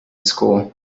school